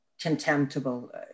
contemptible